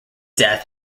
death